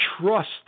trust